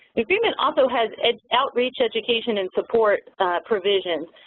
the agreement also has outreach education and support provisions.